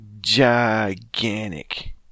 gigantic